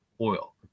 oil